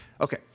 Okay